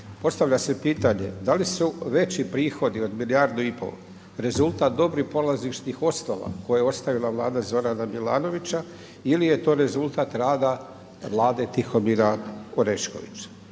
postavlja se pitanje da li su veći prihodi od 1,5 milijardu rezultat dobrih polazišnih osnova koje je ostavila Vlada Zorana Milanovića ili je to rezultat rada Vlade Tihomira Oreškovića?